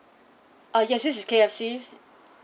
ah yes this is K_F_C